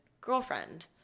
girlfriend